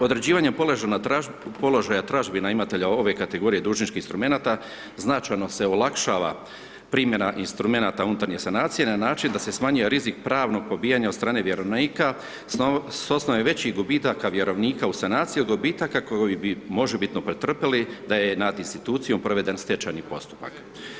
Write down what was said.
Određivanjem položaja tražbine imatelja ove kategorije dužničkih instrumenata, značajno se olakšava primjena instrumenata unutarnje sanacije na način da se smanjuje rizik pravnog pobijanja od strane vjerovnika s osnove većih gubitaka vjerovnika u sanacije od gubitaka koji bi možebitno pretrpjeli da je nad institucijom proveden stečajni postupak.